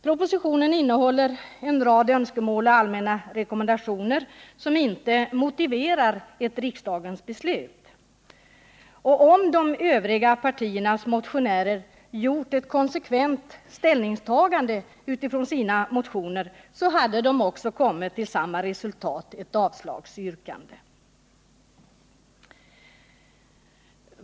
Propositionen innehåller en rad önskemål och allmänna rekommendationer, som inte motiverar ett riksdagens beslut, och om de övriga partiernas motionärer konsekvent hade tagit ställning med utgångspunkt i sina motioner, hade de också kommit till samma resultat, dvs. ett avslagsyrkande.